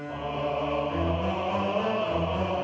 oh